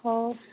ହେଉ